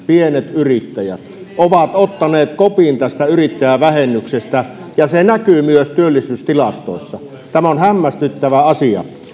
pienet yrittäjät ovat ottaneet kopin tästä yrittäjävähennyksestä ja se näkyy myös työllisyystilastoissa tämä on hämmästyttävä asia